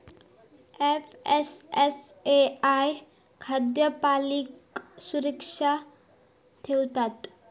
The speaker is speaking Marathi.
एफ.एस.एस.ए.आय खाद्य प्रणालीक सुरक्षित ठेवता